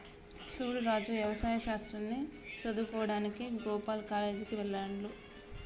సూడు రాజు యవసాయ శాస్త్రాన్ని సదువువుకోడానికి గోపాల్ కాలేజ్ కి వెళ్త్లాడు